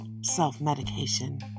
self-medication